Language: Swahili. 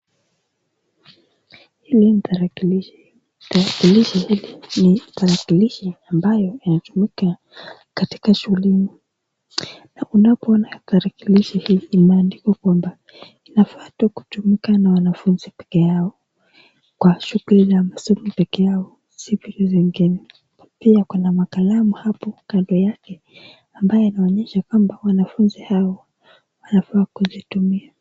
Hili ni tarakilishi. Tarakilishi hili ni tarakilishi ambayo inatumika katika shule. Na unapoona tarakilishi hii imeandikwa kwamba inafaa tu kutumika na wanafunzi peke yao. Kwa shule za masomo peke yao, si vitu vingine. Pia kuna makalamu hapo kando yake ambayo inaonyesha kwamba wanafunzi hao wanafaa kuzitumia.